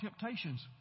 temptations